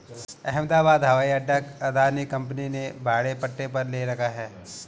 अहमदाबाद हवाई अड्डा अदानी कंपनी ने भाड़े पट्टे पर ले रखा है